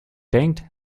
denkt